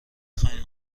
خواین